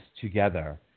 together